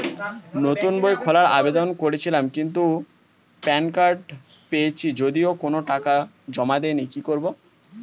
নতুন বই খোলার আবেদন করেছিলাম কিন্তু প্যান কার্ড পেয়েছি যদিও কোনো টাকা জমা দিইনি কি করব?